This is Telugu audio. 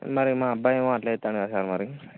మరి మా అబ్బాయేమో అట్లా చేస్తున్నాడు సార్ మరి